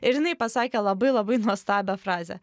ir jinai pasakė labai labai nuostabią frazę